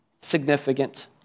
Significant